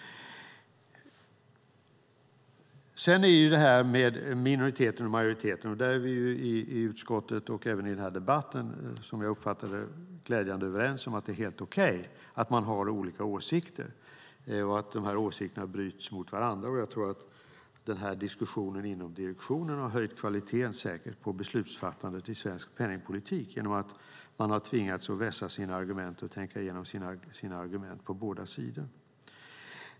Sedan har vi detta med majoriteten och minoriteten. Vi i utskottet och även i debatten är, som jag uppfattar det, glädjande överens om att det är helt okej att man har olika åsikter och att de åsikterna bryts mot varandra. Jag tror att diskussionen inom direktionen har höjt kvaliteten på beslutsfattandet i svensk penningpolitik genom att man har tvingats vässa sina argument och tänka igenom sina argument på båda sidor.